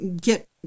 get